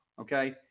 Okay